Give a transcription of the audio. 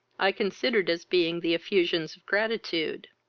i considered as being the effusions of gratitude.